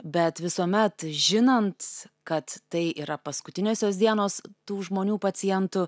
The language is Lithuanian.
bet visuomet žinant kad tai yra paskutiniosios dienos tų žmonių pacientų